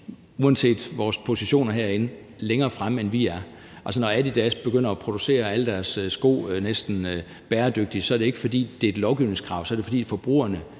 uanset vores positioner herinde, længere fremme, end vi er. Altså, når Adidas begynder at producere alle deres sko næsten bæredygtigt, er det ikke, fordi det er et lovgivningskrav, så er det, fordi forbrugerne